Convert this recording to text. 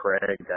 Craig